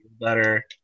better